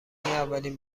اولین